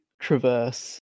traverse